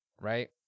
right